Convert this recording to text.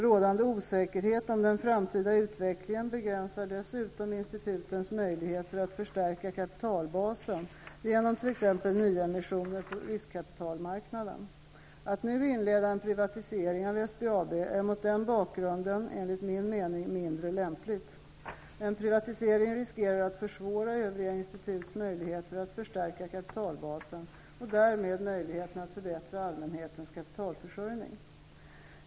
Rådande osäkerhet om den framtida utvecklingen begränsar dessutom institutens möjligheter att förstärka kapitalbasen genom t.ex. nyemissioner på riskkapitalmarknaden. Att nu inleda en privatisering av SBAB är mot den bakgrunden, enligt min mening, mindre lämpligt. En privatisering riskerar att försvåra övriga instituts möjligheter att förstärka kapitalbasen och därmed möjligheten att förbättra allmänhetens kapitalförsörjning.